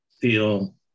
feel